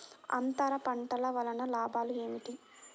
అంతర పంటల వలన లాభాలు ఏమిటి?